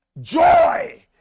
joy